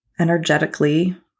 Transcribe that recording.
energetically